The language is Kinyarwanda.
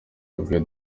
yabwiye